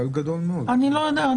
אני לא יודע.